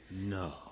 No